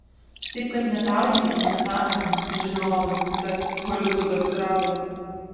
taip kad gal netauzykit čia nesąmonių žinovai blet holivudo atsirado